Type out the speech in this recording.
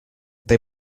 they